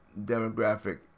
demographic